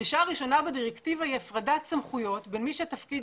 הדרישה הראשונה בדירקטיבה היא הפרדת סמכויות בין מי שהתפקיד